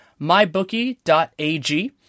mybookie.ag